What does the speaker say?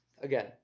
again